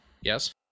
yes